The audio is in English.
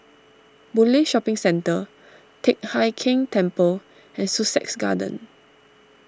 Boon Lay Shopping Centre Teck Hai Keng Temple and Sussex Garden